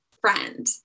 friend